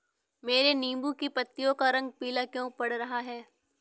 मेरे नींबू की पत्तियों का रंग पीला क्यो पड़ रहा है?